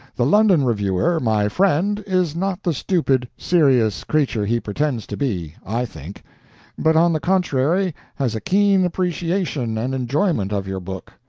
the london reviewer, my friend, is not the stupid, serious creature he pretends to be, i think but, on the contrary, has a keen appreciation and enjoyment of your book.